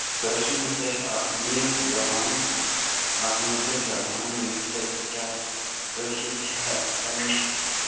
کٲشِرٮ۪ن ہسا چھےٚ اکھ میٖٹھ زَبان اکھ مٔدٕر زَبان ییٚمہِ سۭتۍ ہسا کٲشِر چھےٚ پَنُن